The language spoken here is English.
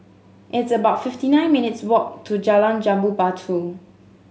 it's about fifty nine minutes' walk to Jalan Jambu Batu